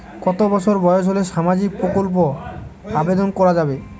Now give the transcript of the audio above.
কত বছর বয়স হলে সামাজিক প্রকল্পর আবেদন করযাবে?